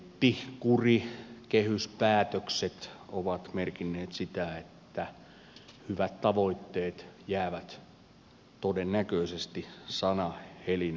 budjettikuri kehyspäätökset ovat merkinneet sitä että hyvät tavoitteet jäävät todennäköisesti sanahelinäksi